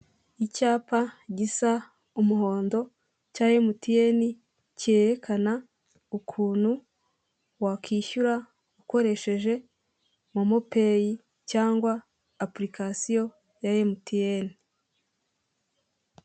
Icyapa gisa umuhondo cya MTN cyerekana ukuntu wakwishyura ukoresheje MoMo Pay cyangwa apulikasiyo ya MTN.